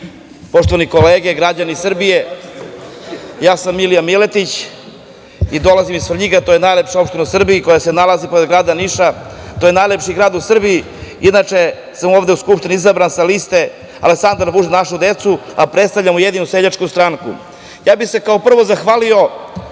poštovane kolege i građani Srbije, ja sam Milija Miletić. Dolazim iz Svrljiga, to je najlepša opština u Srbiji, koja se nalazi pored grada Niša, to je najlepši grad u Srbiji. Inače sam ovde u Skupštini izabran sa liste Aleksandar Vučić - „Za našu decu“, a predstavljam USS.Ja bih se, kao prvo, zahvalio